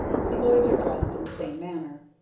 savoys are dressed in the same manner.